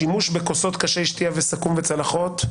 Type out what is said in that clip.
שימוש בכוסות, קשי שתיה, סכו"ם וצלחות.